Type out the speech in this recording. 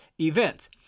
events